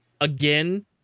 Again